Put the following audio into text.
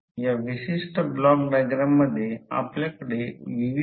तर आता जर DC सर्किट मॅग्नेटिक सर्किट बनवा तर हे Fm आहे आणि हे ∅ आहे हे R आहे